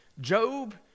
Job